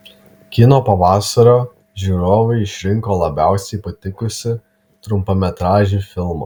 kino pavasario žiūrovai išrinko labiausiai patikusį trumpametražį filmą